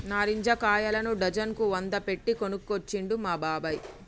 నారింజ కాయలను డజన్ కు వంద పెట్టి కొనుకొచ్చిండు మా బాబాయ్